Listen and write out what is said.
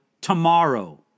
tomorrow